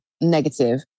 negative